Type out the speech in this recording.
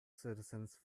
citizens